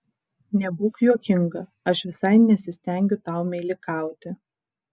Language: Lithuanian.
nebūk juokinga aš visai nesistengiu tau meilikauti